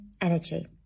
energy